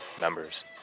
members